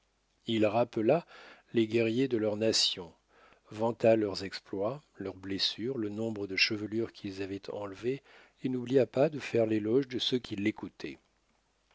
il rappela les guerriers de leur nation vanta leurs exploits leurs blessures le nombre de chevelures qu'ils avaient enlevées et n'oublia pas de faire l'éloge de ceux qui l'écoutaient